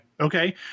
Okay